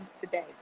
today